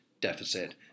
deficit